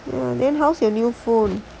then how's your new phone